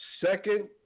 second